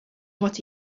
what